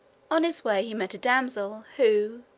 on his way he met a damsel, who,